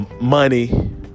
money